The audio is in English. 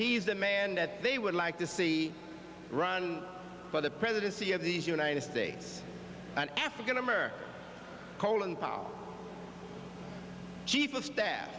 he's the man that they would like to see run for the presidency of the united states an african american colin powell chief of staff